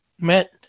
met